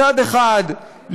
מצד אחד,